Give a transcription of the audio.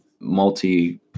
multi